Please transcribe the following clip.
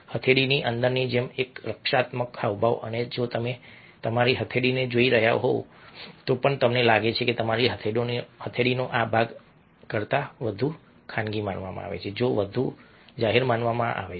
હથેળીની અંદરની જેમ એક રક્ષણાત્મક હાવભાવ અને જો તમે તમારી હથેળીને જોઈ રહ્યા હોવ તો પણ તમને લાગે છે કે તમારી હથેળીનો આ ભાગ આ ભાગ કરતાં વધુ ખાનગી માનવામાં આવે છે જે વધુ જાહેર માનવામાં આવે છે